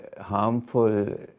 harmful